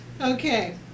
Okay